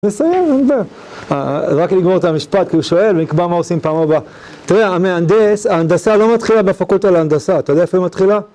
נסיים, רק לגמור את המשפט כי הוא שואל, ונקבע מה עושים פעם הבאה. תראה, המהנדס, ההנדסה לא מתחילה בפקולטה להנדסה, אתה יודע איפה היא מתחילה?